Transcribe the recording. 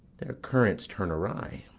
their currents turn awry,